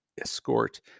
escort